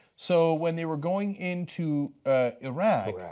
so when they were going into iraq,